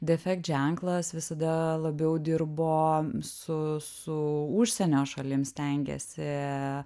defekt ženklas visada labiau dirbo su su užsienio šalim stengiasi